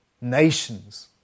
Nations